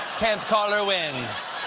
tenth caller wins!